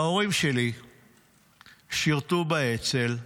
ההורים שלי שירתו באצ"ל.